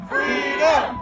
Freedom